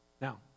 Now